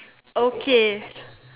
okay